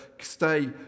stay